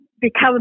become